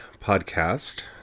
podcast